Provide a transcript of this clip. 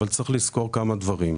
אבל צריך לזכור כמה דברים.